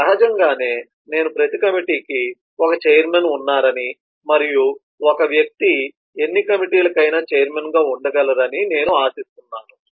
సహజంగానే నేను ప్రతి కమిటీకి ఒక ఛైర్మన్ ఉన్నారని మరియు ఒక వ్యక్తి ఎన్ని కమిటీలకు అయినా ఛైర్మన్గా ఉండగలరని నేను ఆశిస్తాను